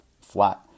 flat